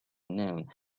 known